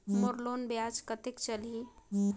मोर loan ब्याज कतेक चलही?